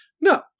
no